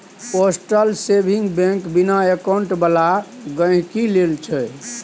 postal saving bank बिना account बला गहिंकी लेल छै